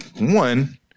one